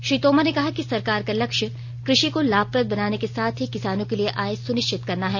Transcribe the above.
श्री तोमर ने कहा कि सरकार का लक्ष्य कृषि को लाभप्रद बनाने के साथ ही किसानों के लिए आय सुनिश्चित करना है